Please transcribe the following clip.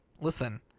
listen